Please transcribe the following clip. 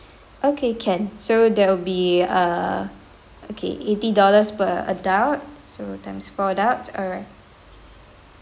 okay can so that will be err okay eighty dollars per adult so times four adults alright